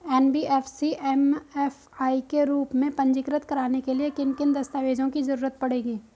NBFC MFI के रूप में पंजीकृत कराने के लिए किन किन दस्तावेजों की जरूरत पड़ेगी?